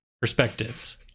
perspectives